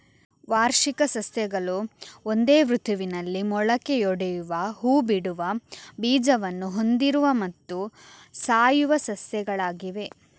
ವಾರ್ಷಿಕ ಸಸ್ಯಗಳು ಒಂದೇ ಋತುವಿನಲ್ಲಿ ಮೊಳಕೆಯೊಡೆಯುವ ಹೂ ಬಿಡುವ ಬೀಜವನ್ನು ಹೊಂದಿರುವ ಮತ್ತು ಸಾಯುವ ಸಸ್ಯಗಳಾಗಿವೆ